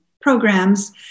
programs